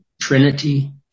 trinity